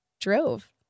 drove